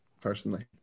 personally